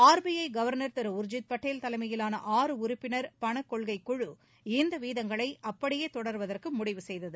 RBI governor திரு உர்ஜித் பட்டேல் தலைமையிலான ஆறு உறுப்பினர் பணக்கொள்கைக்குழு இந்த வீதங்களை அப்படியே தொடர்வதற்கு முடிவு செய்தது